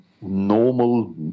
normal